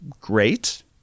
great